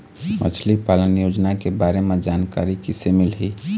मछली पालन योजना के बारे म जानकारी किसे मिलही?